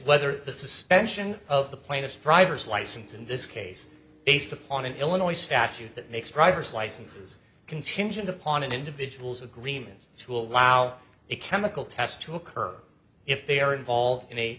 whether the suspension of the plaintiff driver's license in this case based upon an illinois statute that makes drivers licenses contingent upon an individual's agreement to allow a chemical test to occur if they are involved in a